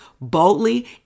boldly